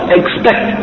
expect